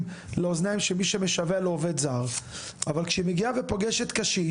לאוזניים של מי שמשווע לעובד זר אבל כשמגיעה ופוגשת קשיש,